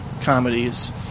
comedies